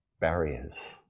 barriers